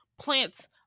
plants